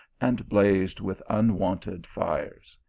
and blazed with un wonted fires.